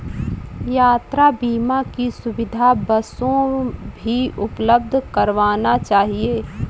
यात्रा बीमा की सुविधा बसों भी उपलब्ध करवाना चहिये